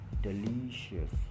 Delicious